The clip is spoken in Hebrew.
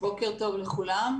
בוקר טוב לכולם.